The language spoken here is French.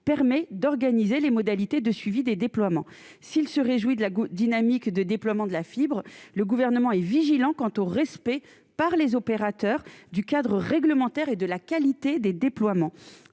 permet d'organiser les modalités de suivi des déploiements s'il se réjouit de la dynamique de déploiement de la fibre, le gouvernement est vigilant quant au respect par les opérateurs du cadre réglementaire et de la qualité des déploiements